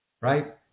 right